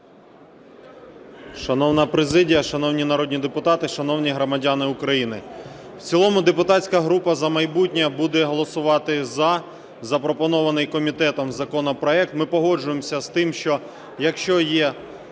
Шановна президія, шановні народні депутати, шановні громадяни України! В цілому депутатська група "За майбутнє" буде голосувати за запропонований комітетом законопроект. Ми погоджуємося з тим, що, якщо